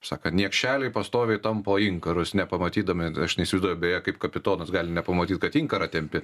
sakant niekšeliai pastoviai tampo inkarus nepamatydami aš neįsivaizduoju beje kaip kapitonas gali nepamatyt kad inkarą tempi